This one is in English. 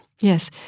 yes